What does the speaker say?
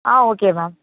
ah okay ma'am